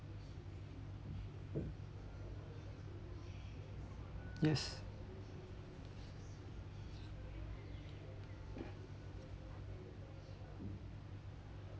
yes